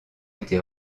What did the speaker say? été